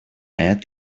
add